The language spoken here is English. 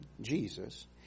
Jesus